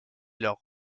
leurs